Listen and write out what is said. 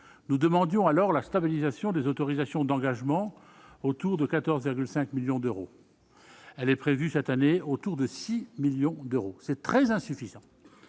nous demandions alors la stabilisation des autorisations d'engagement autour de 14,5 millions d'euros, elle est prévue cette année autour de 6 millions d'euros, c'est très insuffisant,